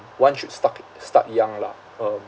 one should start it start young lah um